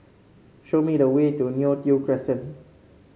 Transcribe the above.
show me the way to Neo Tiew Crescent